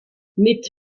mit